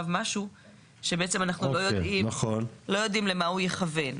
משהו שבעצם אנחנו לא יודעים למה הוא יכוון.